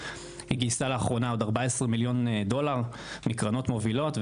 היא גייסה לאחרונה עוד 14 מיליון דולר מקרנות מובילות,